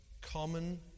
common